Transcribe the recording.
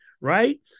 Right